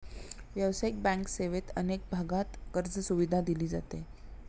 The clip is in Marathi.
व्यावसायिक बँक सेवेत अनेक भागांत कर्जसुविधा दिली जाते